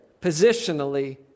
positionally